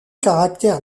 caractère